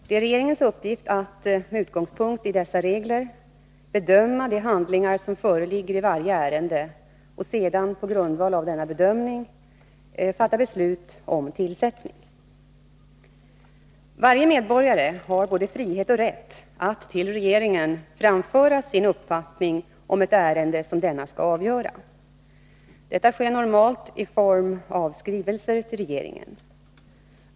Det är regeringens uppgift att med utgångspunkt i dessa regler bedöma de handlingar som föreligger i varje ärende och sedan på grundval av en sådan bedömning fatta beslut om tillsättning. Varje medborgare har både frihet och rätt att till regeringen framföra sin uppfattning om ett ärende som denna skall avgöra. Detta sker normalt i form av skrivelser till regeringen.